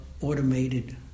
automated